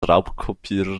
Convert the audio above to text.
raubkopierer